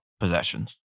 possessions